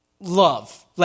Love